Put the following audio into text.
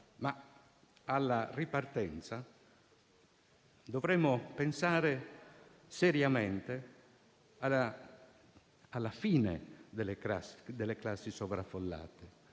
ma alla ripartenza dovremo pensare seriamente alla fine delle classi sovraffollate,